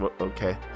okay